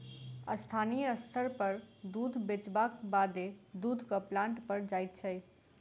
स्थानीय स्तर पर दूध बेचलाक बादे दूधक प्लांट पर जाइत छै